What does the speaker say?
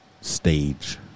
stage